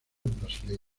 brasileña